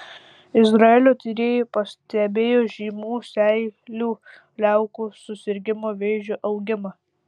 izraelio tyrėjai pastebėjo žymų seilių liaukų susirgimo vėžiu augimą